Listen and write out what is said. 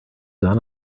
gun